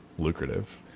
Lucrative